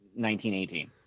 1918